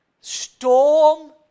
storm